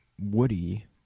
Woody